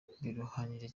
biruhanije